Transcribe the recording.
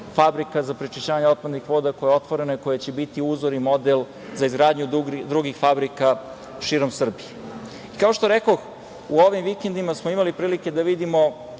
fabrika za prečišćavanje otpadnih voda koja će biti uzor i model za izgradnju drugih fabrika širom Srbije. Kao što rekoh u ovim vikendima smo imali prilike da vidimo